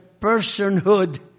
personhood